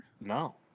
No